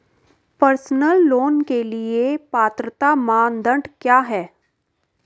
Personal loan के लिए पात्रता मानदंड क्या हैं?